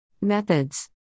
Methods